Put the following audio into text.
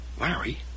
Larry